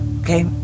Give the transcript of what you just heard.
Okay